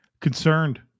Concerned